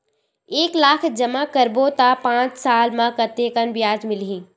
एक लाख जमा करबो त पांच साल म कतेकन ब्याज मिलही?